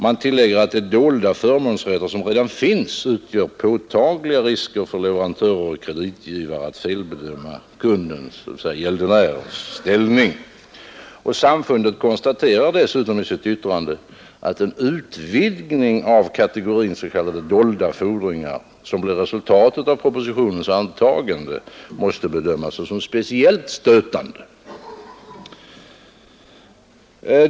Man tillägger att de dolda förmånsrätter som redan finns utgör påtagliga risker för leverantörer och kreditgivare att felbedöma kundens — dvs. gäldenärens — ställning. Och samfundet konstaterar dessutom i sitt yttrande att en utvidgning av kategorin s.k. dolda fordringar, som blir resultatet av propositionens antagande, måste bedömas som speciellt stötande.